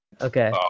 Okay